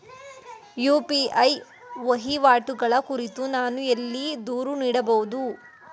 UPI ವಹಿವಾಟುಗಳ ಕುರಿತು ನಾನು ಎಲ್ಲಿ ದೂರು ನೀಡಬಹುದು?